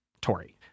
Tory